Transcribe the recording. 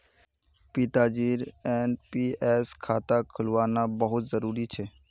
पिताजीर एन.पी.एस खाता खुलवाना बहुत जरूरी छ